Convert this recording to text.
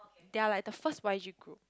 they are like the first Y_G group